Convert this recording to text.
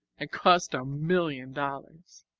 and cost a million dollars.